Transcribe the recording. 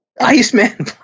Iceman